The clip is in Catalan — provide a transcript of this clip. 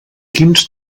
quins